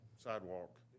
sidewalk